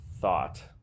thought